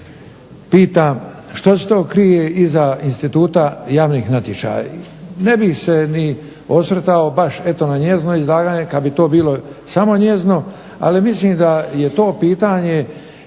pita što se to krije iza instituta javnih natječaja? Ne bih se ni osvrtao baš eto na njezino izlaganje kad bi to bilo samo njezino, ali mislim da je to pitanje